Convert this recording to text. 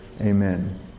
Amen